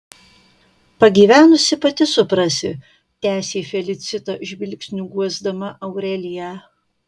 pagyvenusi pati suprasi tęsė felicita žvilgsniu guosdama aureliją